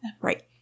Right